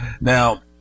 now